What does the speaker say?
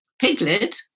Piglet